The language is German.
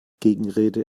gegenrede